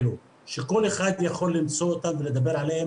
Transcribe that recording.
אני יודע שבוועדה שאני הייתי היו נציגות של שני ישובים מהמגזר הערבי.